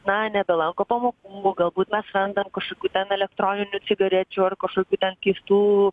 na nebelanko pamokų galbūt mes randam kažkokių ten elektroninių cigarečių ar kažkokių keistų